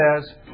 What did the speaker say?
says